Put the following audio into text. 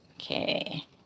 Okay